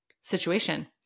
situation